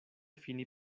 fini